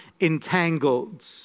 entangled